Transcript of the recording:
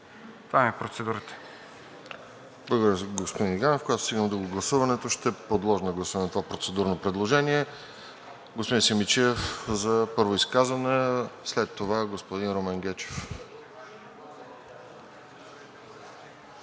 Това ми е процедурата.